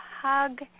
hug